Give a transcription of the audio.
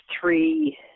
three